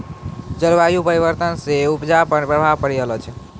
जलवायु परिवर्तन से उपजा पर प्रभाव पड़ी रहलो छै